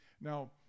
Now